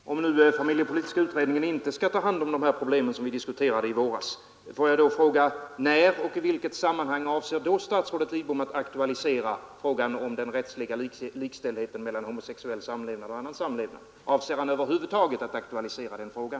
Herr talman! Om nu familjepolitiska utredningen inte skall ta hand om de problem som vi diskuterade i våras, får jag då fråga: När och i vilket sammanhang avser i så fall statsrådet Lidbom att aktualisera frågan om den rättsliga likställdheten mellan homosexuell samlevnad och annan samlevnad? Avser han över huvud taget att aktualisera den frågan?